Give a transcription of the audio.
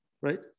right